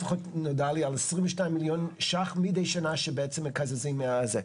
לי לפחות נודע על עשרים ושניים מיליון שקל מדי שנה שבעצם מקזזים מזה,